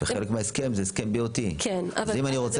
כשחלק מההסכם זה הסכם BOT. אם אני רוצה